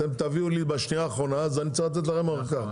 אתם תביאו לי בשנייה האחרונה אז אני אצטרך לתת לכם ארכה.